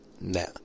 Now